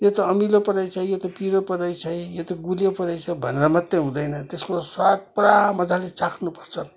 यो त अमिलो पो रहेछ है यो त पिरो पो रहेछ है यो त गुलियो पो रहेछ भनेर मात्रै हुँदैन त्यसको स्वाद पुरा मजाले चाख्नुपर्छ